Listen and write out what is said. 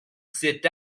cet